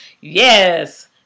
Yes